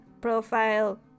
profile